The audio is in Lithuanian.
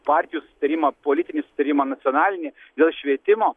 partijų sutarimą politinį sutarimą nacionalinį dėl švietimo